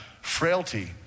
frailty